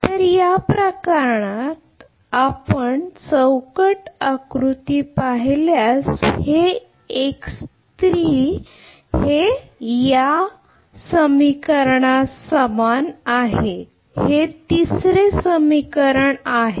तर या प्रकरणात आपण ब्लॉक आकृती पाहिल्यास ते हे या समान आहे हे तिसरे समीकरण आहे